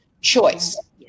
choice